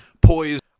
poised